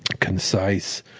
concise,